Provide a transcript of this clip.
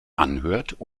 anhört